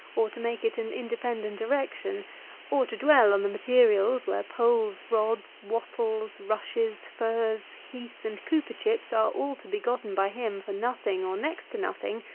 or to make it an independent erection or to dwell on the materials, where poles, rods, wattles, rushes, furze, heath, and cooper-chips, are all to be gotten by him for nothing or next to nothing,